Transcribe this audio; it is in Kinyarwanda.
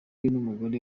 n’umugore